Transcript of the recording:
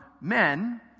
men